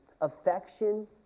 Affection